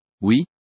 Oui